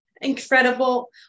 Incredible